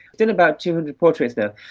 done about two hundred portraits now,